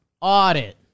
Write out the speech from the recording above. Audit